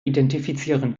identifizieren